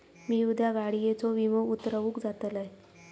मी उद्या गाडीयेचो विमो उतरवूक जातलंय